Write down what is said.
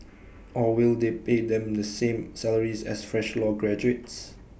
or will they pay them the same salaries as fresh law graduates